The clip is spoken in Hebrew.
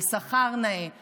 על שכר נאה,